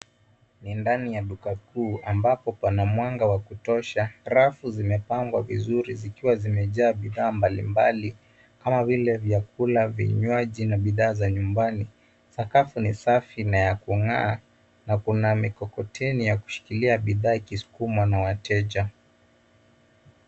Nindani ya duka kuu ambapo kuna mwanga wa kutosha rafu zimepangwa vizuri zikiwa zimejaa bidhaa mbalimbali kama vile vyakula vinywaji na bidhaa za nyumbani sakafu ni safi na ya kungaa na kuna mikokoteni ya kushikilia bidhaa ikisukumwa na wateja.